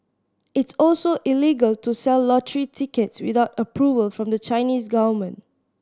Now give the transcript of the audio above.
it's also illegal to sell lottery tickets without approval from the Chinese government